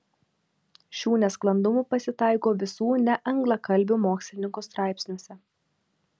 šių nesklandumų pasitaiko visų neanglakalbių mokslininkų straipsniuose